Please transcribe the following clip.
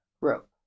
rope